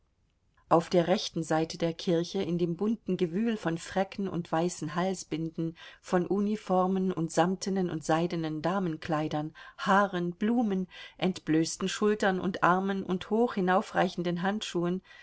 auf der rechten seite der kirche in dem bunten gewühl von fräcken und weißen halsbinden von uniformen und samtenen und seidenen damenkleidern haaren blumen entblößten schultern und armen und hoch hinaufreichenden handschuhen